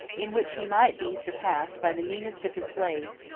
in which he might be surpassed by the meanest of his slaves,